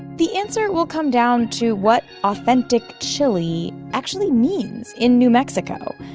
the answer will come down to what authentic chili actually means in new mexico.